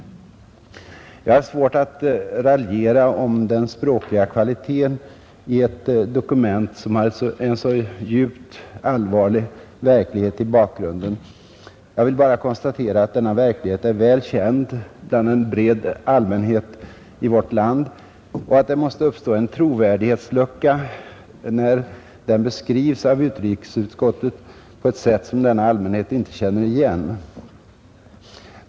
Jag har svårt att raljera om den språkliga kvaliteten i ett dokument som har en så djupt allvarlig verklighet i bakgrunden. Jag vill bara konstatera att denna verklighet är väl känd bland en bred allmänhet i vårt land och att det måste uppstå en trovärdighetslucka, när den beskrivs av utrikesutskottet på ett sätt som denna allmänhet inte känner igen.